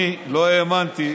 אני לא האמנתי,